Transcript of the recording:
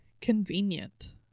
Convenient